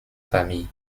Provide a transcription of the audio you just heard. famille